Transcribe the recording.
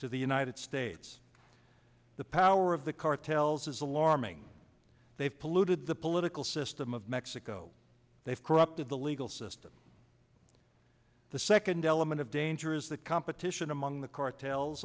to the united states the power of the cartels is alarming they've polluted the political system of mexico they've corrupted the legal system the second element of danger is that competition among the cartels